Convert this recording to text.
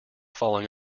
falling